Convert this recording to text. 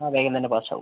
ആ വേഗം തന്നെ പാസാകും